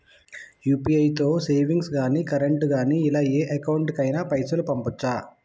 UPI తో savings గాని current గాని ఇలా ఏ అకౌంట్ కైనా పైసల్ పంపొచ్చా?